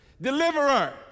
Deliverer